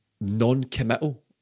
non-committal